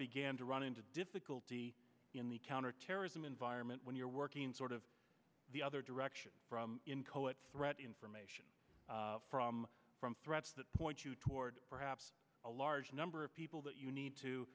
began to run into difficulty in the counterterrorism environment when you're working in sort of the other direction from in kohut threat information from from threats that point you toward perhaps a large number of people that you need to